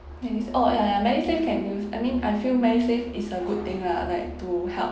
and it's all ya ya medisave can use I mean I feel medisave is a good thing lah like to help